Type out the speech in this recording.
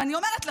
ואני אומרת לך,